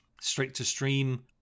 straight-to-stream